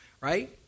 right